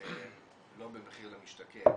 לא ב'מחיר למשתכן',